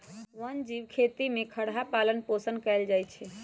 वन जीव खेती में खरहा पालन पोषण कएल जाइ छै